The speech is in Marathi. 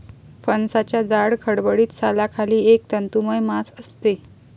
फणसाच्या जाड, खडबडीत सालाखाली एक तंतुमय मांस असते